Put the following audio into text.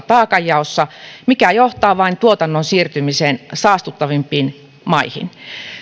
taakanjaossa mikä johtaa vain tuotannon siirtymiseen saastuttavimpiin maihin